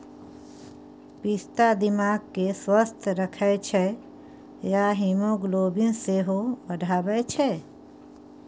पिस्ता दिमाग केँ स्वस्थ रखै छै आ हीमोग्लोबिन सेहो बढ़ाबै छै